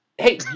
hey